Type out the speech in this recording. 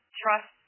trust